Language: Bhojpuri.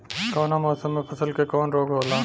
कवना मौसम मे फसल के कवन रोग होला?